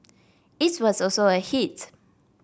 it was also a hit